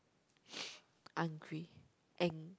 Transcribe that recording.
hungry ang~